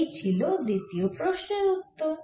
এই ছিল দ্বিতীয় প্রশ্নের উত্তর